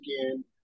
again